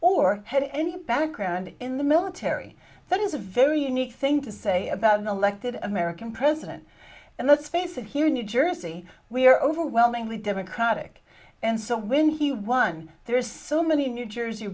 or had any background in the military that is a very unique thing to say about an elected american president and let's face it here in new jersey we are overwhelmingly democratic and so when he won there is so many new jersey